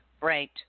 Right